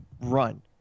run